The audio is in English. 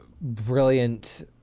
brilliant